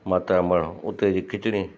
माता ना मण उते जी खिचड़ी